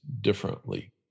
differently